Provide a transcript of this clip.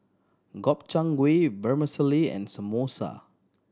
Gobchang Gui Vermicelli and Samosa